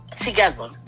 together